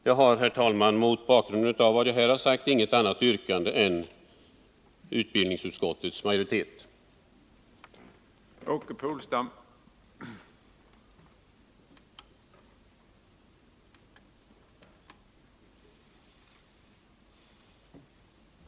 Jag har, herr talman, mot bakgrund av vad jag här har sagt inget annat yrkande än vad utbildningsutskottets majoritet hemställt.